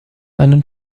einen